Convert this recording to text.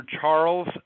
Charles